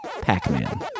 Pac-Man